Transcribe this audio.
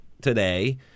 today